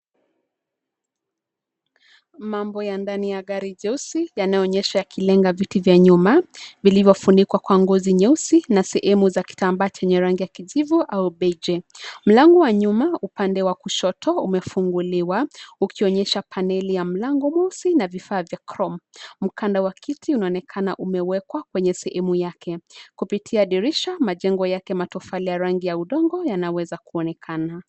Mambo ya ndani ya gari jeusi yanaonyeshwa; yakilenga viti vya nyuma vilivyofunikwa kwa ngozi nyeusi na sehemu za kitambaa chenye rangi ya kijivu au beige. Mlango wa nyuma upande wa kushoto umefunguliwa ukionyesha paneli ya mlango mosi na vifaa vya chrome . Mkanda wa kiti unaonekana umewekwa kwenye sehemu yake. Kupitia dirisha, majengo yake matofali ya rangi ya udongo yanaweza kuonekana.